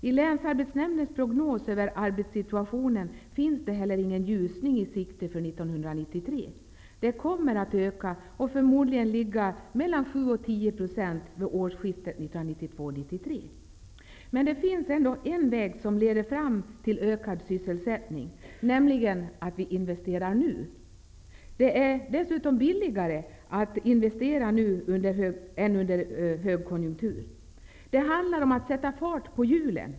I länsarbetsnämndens prognos över arbetssituationen finns det heller ingen ljusning i sikte för 1993. Arbetslösheten fortsätter att öka. Den kommer förmodligen att ligga på 7--10 % vid årsskiftet 1992-1993. Men det finns ändå en väg som leder fram till ökad sysselsättning, nämligen att vi nu investerar. Det är dessutom billigare att investera nu än under en högkonjunktur. Det handlar om att sätta fart på hjulen.